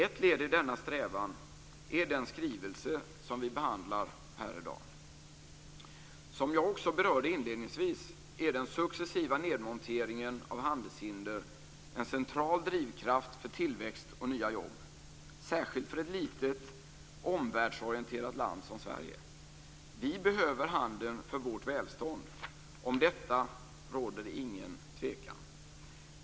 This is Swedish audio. Ett led i denna strävan är den skrivelse som vi behandlar här i dag. Som jag också berörde inledningsvis är den successiva nedmonteringen av handelshinder en central drivkraft för tillväxt och nya jobb, särskilt för ett litet omvärldsorienterat land som Sverige. Vi behöver handeln för vårt välstånd. Om detta råder det ingen tvekan.